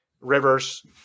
Rivers